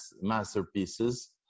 masterpieces